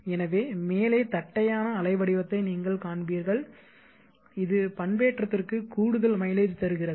எனவே மேலே தட்டையான அலை வடிவத்தை நீங்கள் காண்பீர்கள் இது பண்பேற்றத்திற்கு கூடுதல் மைலேஜ் தருகிறது